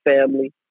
family